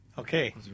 Okay